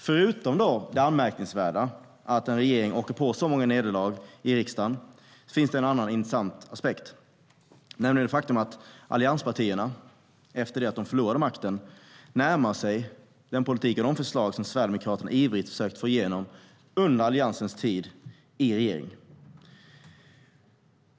Förutom det anmärkningsvärda att regeringen åker på så många nederlag i riksdagen finns det en annan intressant aspekt, nämligen det faktum att allianspartierna efter att ha förlorat makten närmar sig den politik och de förslag Sverigedemokraterna ivrigt försökte få igenom under Alliansens tid i regeringsställning.